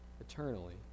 eternally